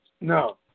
No